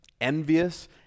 envious